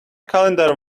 calendar